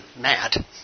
mad